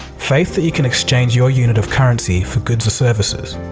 faith that you can exchange your unit of currency for goods or services.